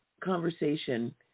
Conversation